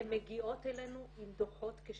הן מגיעות אלינו עם דו"חות כשצריך,